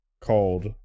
called